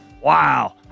Wow